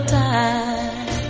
time